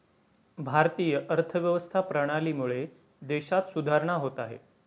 भारतीय अर्थव्यवस्था प्रणालीमुळे देशात सुधारणा होत आहे